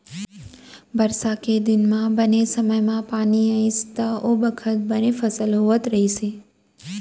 बरसा के दिन म बने समे म पानी आइस त ओ बखत बने फसल होवत रहिस हे